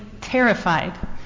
terrified